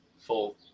full